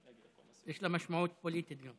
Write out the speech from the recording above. יש לה גם משמעות פוליטית.